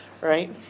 Right